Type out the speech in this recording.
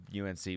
UNC